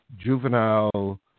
juvenile